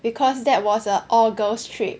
because that was a all girls' trip